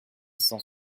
cent